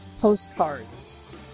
postcards